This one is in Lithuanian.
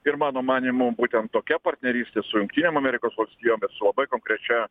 ir mano manymu būtent tokia partnerystė su jungtinėm amerikos valstijom bet su labai konkrečia